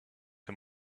him